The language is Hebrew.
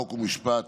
חוק ומשפט,